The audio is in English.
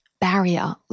barrier